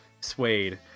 Suede